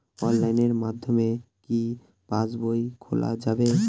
অনলাইনের মাধ্যমে কি পাসবই খোলা যাবে?